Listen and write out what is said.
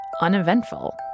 uneventful